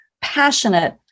passionate